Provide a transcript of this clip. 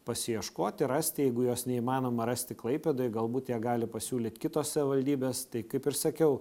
pasiieškoti rasti jeigu jos neįmanoma rasti klaipėdoj galbūt ją gali pasiūlyt kitos savivaldybės tai kaip ir sakiau